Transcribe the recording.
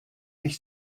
ich